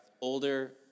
older